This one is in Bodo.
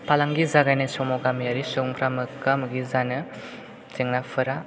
फालांगि जागायनाय समाव गामियारि सुबुंफोरा मोगा मोगि जानाय जेंनाफोरा